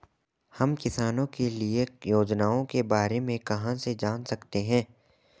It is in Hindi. हम किसानों के लिए योजनाओं के बारे में कहाँ से जान सकते हैं?